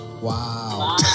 Wow